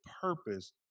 purpose